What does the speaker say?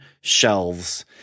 shelves